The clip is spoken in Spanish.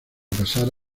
pasar